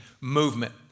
movement